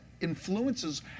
influences